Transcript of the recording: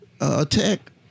Attack